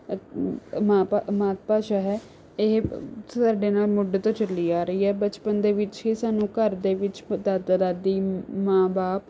ਮਾਂ ਭਾ ਮਾਤ ਭਾਸ਼ਾ ਹੈ ਇਹ ਸਾਡੇ ਨਾਲ ਮੁੱਢ ਤੋਂ ਚੱਲੀ ਆ ਰਹੀ ਹੈ ਬਚਪਨ ਦੇ ਵਿੱਚ ਹੀ ਸਾਨੂੰ ਘਰ ਦੇ ਵਿੱਚ ਦਾਦਾ ਦਾਦੀ ਮ ਮਾਂ ਬਾਪ